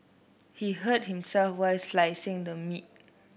he hurt himself while slicing the meat